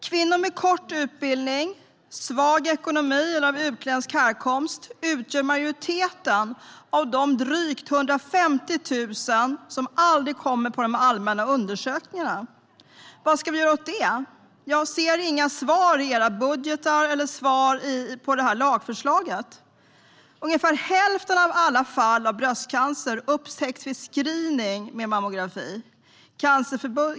Kvinnor med kort utbildning, svag ekonomi eller av utländsk härkomst utgör majoriteten av de drygt 150 000 som aldrig kommer på de allmänna undersökningarna. Vad ska vi göra åt det? Jag ser inga svar i era budgetar eller i svaret på detta lagförslag. Ungefär hälften av alla fall av bröstcancer upptäcks vid screening med mammografi.